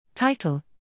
Title